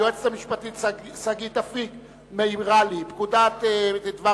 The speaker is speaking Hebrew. היועצת המשפטית שגית אפיק מעירה לי: פקודת דבר